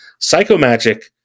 Psychomagic